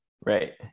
Right